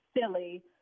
silly